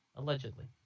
allegedly